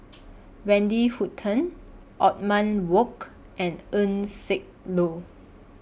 Wendy Hutton Othman Wok and Eng Siak Loy